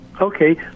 Okay